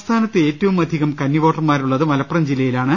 സംസ്ഥാനത്ത് ഏറ്റവുമധികം കന്നിവോട്ടർമാരുള്ളത് മലപ്പുറം ജില്ലയിലാണ്